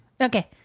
Okay